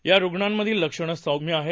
या रुग्णांमधली लक्षणं सौम्य आहेत